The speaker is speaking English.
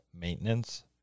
maintenance